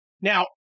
Now